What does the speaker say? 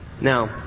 Now